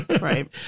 Right